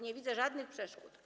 Nie widzę żadnych przeszkód.